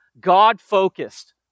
God-focused